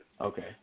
Okay